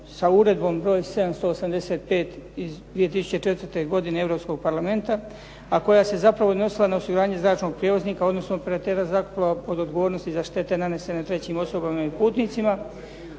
sa uredbom br. 785 iz 2004. godine Europskog parlamenta, a koja se zapravo odnosila na osiguranje zračnog prijevoznika odnosno operatera zrakoplova od odgovornosti za štete nanesene trećim osobama i putnicima.